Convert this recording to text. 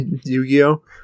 Yu-Gi-Oh